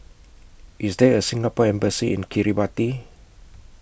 IS There A Singapore Embassy in Kiribati